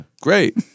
great